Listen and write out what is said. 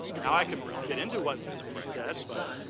now, i can get into what he said. but,